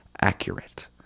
accurate